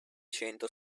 cento